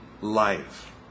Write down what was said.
life